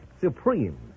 supreme